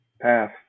path